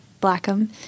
Blackham